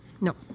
No